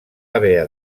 haver